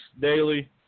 daily